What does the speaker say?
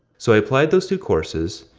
so i applied those two courses,